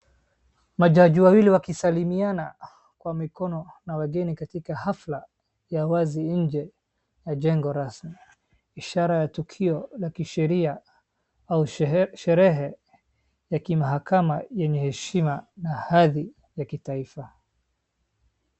Majaji wawili wakisalimiana kwa mikono na wageni katika hafla ya wazi nje ya jengo rasmi ishara ya tukio la kisheria au sherehe ya kimahakama yenye heshima na hadhi ya kitaifa.